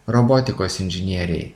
robotikos inžinieriai